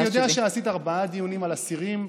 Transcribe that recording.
אני יודע שעשית ארבעה דיונים על אסירים,